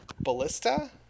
ballista